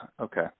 okay